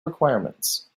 requirements